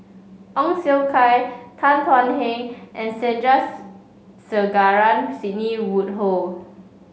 Ong Siong Kai Tan Thuan Heng and Sandrasegaran Sidney Woodhull